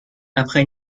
après